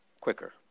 quicker